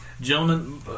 gentlemen